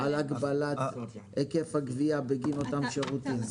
הוא מדבר על הגבלת היקף הגבייה בגין אותם שירותים.